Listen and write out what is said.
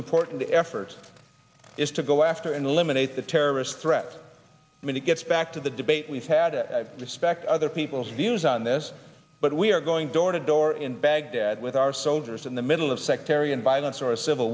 important the effort is to go after and eliminate the terrorist threat when it gets back to the debate we've had to respect other people's views on this but we are going door to door in baghdad with our soldiers in the middle of sectarian violence or civil